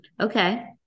Okay